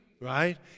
right